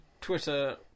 Twitter